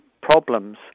problems